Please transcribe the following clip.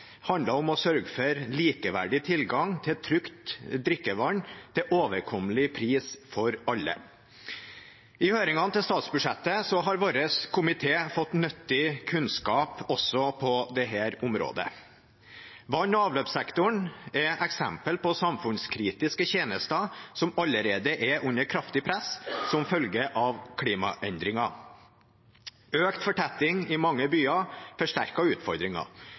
handler om å sørge for likeverdig tilgang til trygt drikkevann til overkommelig pris for alle. I høringene til statsbudsjettet har vår komité fått nyttig kunnskap også på dette området. Vann- og avløpssektoren er et eksempel på samfunnskritiske tjenester som allerede er under kraftig press som følge av klimaendringer. Økt fortetting i mange byer